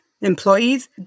employees